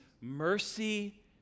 mercy